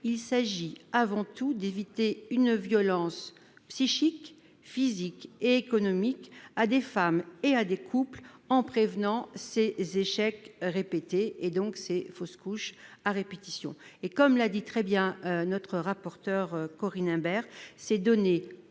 il s'agit avant tout d'éviter « une violence psychique, physique et économique » à des femmes et à des couples en prévenant des échecs répétés, des fausses couches à répétition. Comme l'a dit très bien la rapporteure Corinne Imbert, c'est augmenter